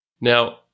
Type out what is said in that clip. Now